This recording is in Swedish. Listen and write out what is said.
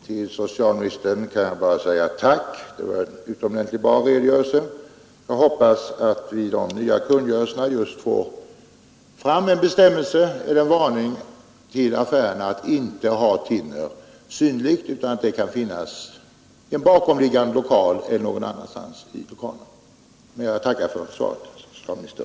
Herr talman! Till socialministern kan jag bara säga tack det var en utomordentligt bra redogörelse. Jag hoppas att vi i den nya kungörelsen just får fram en maning till affärerna att inte förvara thinner synligt utan någon annanstans, t.ex. i en bakomliggande lokal. Jag tackar än en gång socialministern för svaret.